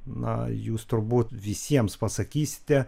na jūs turbūt visiems pasakysite